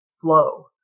flow